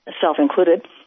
self-included